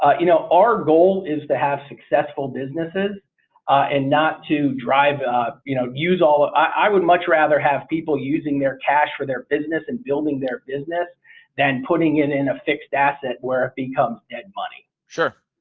ah you know our goal is to have successful businesses and not to drive you know use all. i would much rather have people using their cash for their business and building their business than putting it in a fixed asset where it becomes that dead money. sure.